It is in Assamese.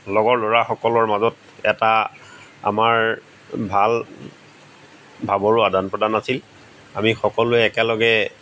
লগৰ ল'ৰাসকলৰ মাজত এটা আমাৰ ভাল ভাৱৰো আদান প্ৰদান আছিল আমি সকলোৱে একেলগে